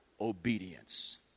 obedience